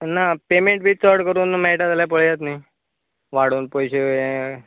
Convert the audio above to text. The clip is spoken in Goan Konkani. ना पेमेन्ट बीन चड करून मेळटा जाल्यार पयात न्ही वाडोवन पयशे